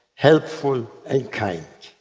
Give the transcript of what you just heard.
helpful, and kind.